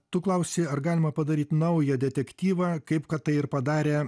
tu klausi ar galima padaryt naują detektyvą kaip kad tai ir padarė